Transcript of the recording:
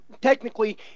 technically